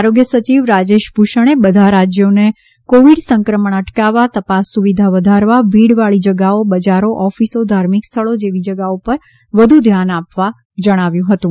આરોગ્ય સચિવ રાજેશ ભૂષણે બધા રાજ્યોને કોવિડ સંક્રમણ અટકાવવા તપાસ સુવિધા વધારવા ભીડવાળી જગાઓ બજારો ઓફિસો ધાર્મિક સ્થળો જેવી જગાઓ પર વધુ ધ્યાન આપવા જણાવ્યું હતું